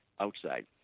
outside